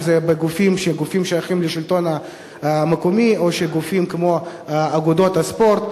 אם בגופים ששייכים לשלטון המקומי או בגופים כמו אגודות הספורט.